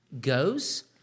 goes